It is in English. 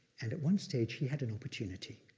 and at one stage, he had an opportunity.